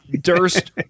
Durst